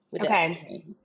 Okay